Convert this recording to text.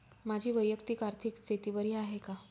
माझी वैयक्तिक आर्थिक स्थिती बरी आहे का?